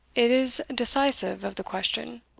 it is decisive of the question.